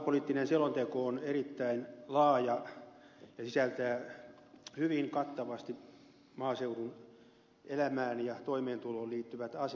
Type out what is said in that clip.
maaseutupoliittinen selonteko on erittäin laaja ja sisältää hyvin kattavasti maaseudun elämään ja toimeentuloon liittyvät asiat